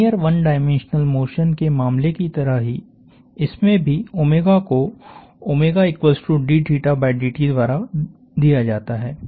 linear one dimensional motion के मामले की तरह ही इसमें भी कोddt द्वारा दिया जाता है